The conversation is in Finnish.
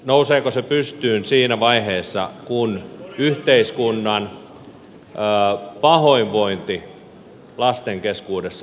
nouseeko se pystyyn siinä vaiheessa kun yhteiskunnan pahoinvointi lasten keskuudessa mahdollisesti kasvaa